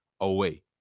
away